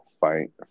fight